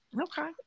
Okay